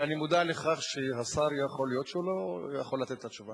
אני מודע לכך שיכול להיות שהשר לא יוכל לתת את התשובה.